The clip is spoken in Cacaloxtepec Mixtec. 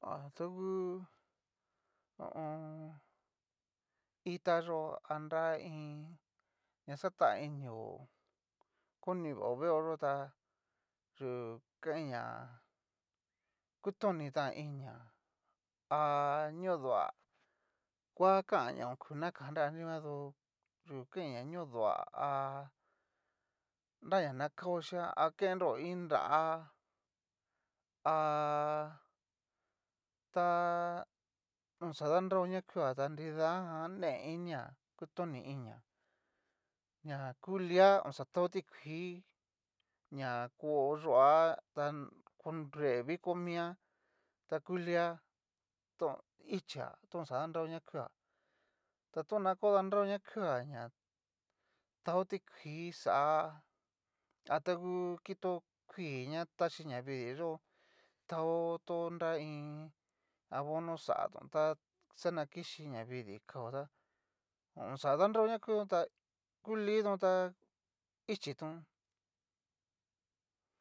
Ha ta ngu. ho o on. itá yo'o a nra iin na xatainio, konivao vée'o yó tá yú kain ñá, kutoni tan inia a. ñodoa kua kanña oku nakanra ha niguan dó yu kain ña nodoa ha, nrañana kao chian a kendro iin nrá a ta. oxa danrao na kua ta nridajan néinia kutoni inia ña ku lia oxa taó tikuii, ña kó yo'a konre viko mi'a ta ku lia tó ichá tó oxa danrao na kuia, ta to na ko danrao na kuia ña tao tikuii xá tatangu kitó kuii na taxi navidii yó tao to nra iin abono xatón ta xaña kichí navidii kao tá ho o on. xa danrao ña kutón ta ku litón tá ichitón.